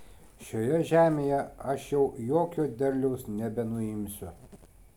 šioje žemėje aš jau jokio derliaus nebenuimsiu